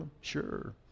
sure